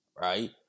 right